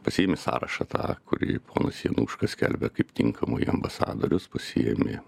pasiimi sąrašą tą kurį ponas januška skelbia kaip tinkamai ambasadorius pasiėmi